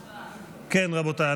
רבותיי,